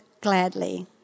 gladly